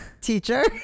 teacher